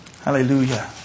Hallelujah